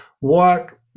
work